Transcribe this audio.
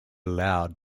aloud